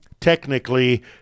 technically